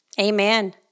Amen